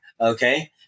okay